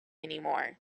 anymore